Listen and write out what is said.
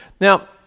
Now